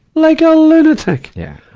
like a lunatic! yeah.